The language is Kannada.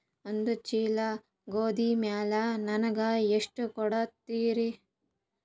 ಒಂದ ಚೀಲ ಗೋಧಿ ಮ್ಯಾಲ ನನಗ ಎಷ್ಟ ಕೊಡತೀರಿ?